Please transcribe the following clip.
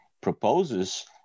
proposes